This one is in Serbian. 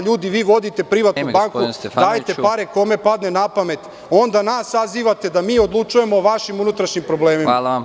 Ljudi, vi vodite privatnu banku, dajte pare kome vam padne na pamet, a onda nas sazivate da mi odlučujemo o vašim unutrašnjim problemima.